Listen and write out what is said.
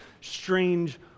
strange